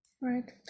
right